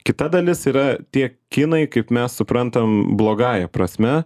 kita dalis yra tiek kinai kaip mes suprantam blogąja prasme